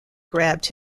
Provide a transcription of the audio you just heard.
grabbed